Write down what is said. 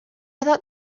thought